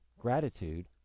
Gratitude